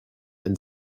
and